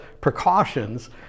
precautions